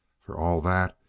for all that,